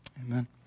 Amen